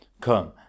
Come